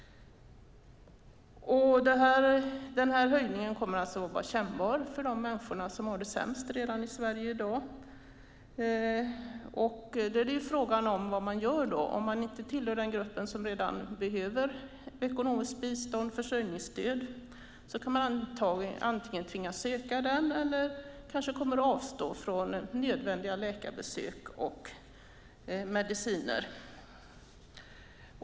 Den här höjningen kommer alltså att vara kännbar för de människor som redan i dag har det sämst i Sverige. Då är frågan vad man gör. Om man inte tillhör den grupp som redan behöver ekonomiskt bistånd, försörjningsstöd, kan man antingen tvingas söka den eller kanske avstå från nödvändiga läkarbesök och mediciner.